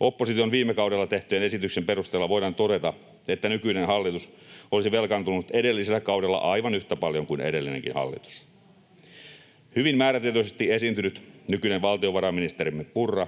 Opposition viime kauden esitysten perusteella voidaan todeta, että nykyinen hallitus olisi velkaantunut edellisellä kaudella aivan yhtä paljon kuin edellinenkin hallitus. Hyvin määrätietoisesti esiintynyt nykyinen valtiovarainministerimme Purra